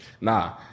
Nah